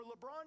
LeBron